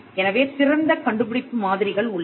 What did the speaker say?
எனவே திறந்த கண்டுபிடிப்பு மாதிரிகள் உள்ளன